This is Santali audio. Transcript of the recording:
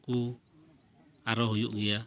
ᱠᱚ ᱟᱨᱦᱚ ᱦᱩᱭᱩᱜ ᱜᱮᱭᱟ